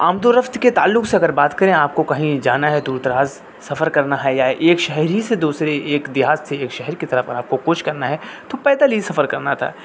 آمد و رفت کے تعلک سے اگر بات کریں آپ کو کہیں جانا ہے دور دراز سفر کرنا ہے یا ایک شہر ہی سے دوسرے ایک دیہات سے ایک شہر کی طرف آپ کو کوچ کرنا ہے تو پیدل ہی سفر کرنا تھا